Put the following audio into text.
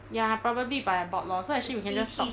ya probably by a bot lor so actually we can just talk